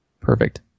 perfect